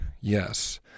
Yes